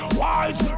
wise